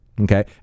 Okay